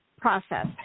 process